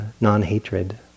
non-hatred